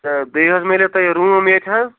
تہٕ بیٚیہِ حظ میلیو تۄہہِ روٗم ییٚتہِ حظ